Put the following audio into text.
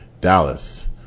Dallas